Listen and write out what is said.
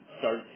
start